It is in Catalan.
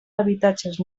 habitatges